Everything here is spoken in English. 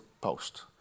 post